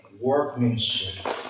workmanship